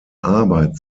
arbeit